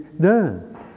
done